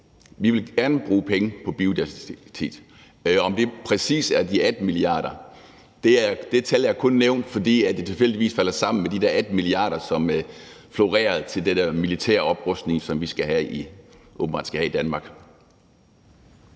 at vi gerne vil bruge penge på biodiversitet. Om det præcis er de 18 mia. kr., ved jeg ikke. Det tal er kun nævnt, fordi det tilfældigvis falder sammen med de der 18 mia. kr., som florerede til den der militære oprustning, som vi åbenbart skal have i Danmark.